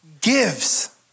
gives